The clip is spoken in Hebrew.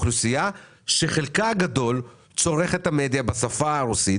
האוכלוסייה שחלקה הגדול צורך את המדיה בשפה הרוסית.